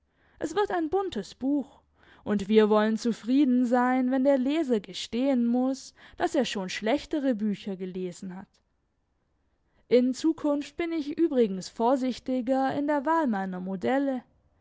es wird ein buntes buch und wir wollen zufrieden sein wenn der leser gestehen muss dass er schon schlechtere bücher gelesen hat in zukunft bin ich übrigens vorsichtiger in der wahl meiner modelle